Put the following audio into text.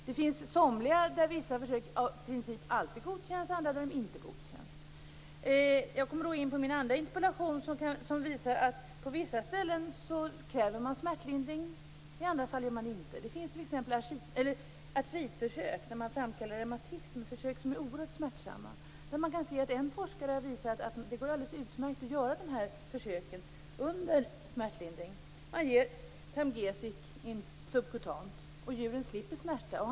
Det finns somliga nämnder där vissa försök av princip alltid godkänns och andra där de inte godkänns. Jag kommer då in på min andra interpellation som visar att i vissa fall kräver man smärtlindring, i andra fall gör man det inte. Det finns t.ex. artritförsök där reumatism framkallas. Det är försök som är oerhört smärtsamma. En forskare har visat att det går alldeles utmärkt att göra de försöken under smärtlindring. Man ger Temgesic subkutant, och djuren slipper smärta.